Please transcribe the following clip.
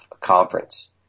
conference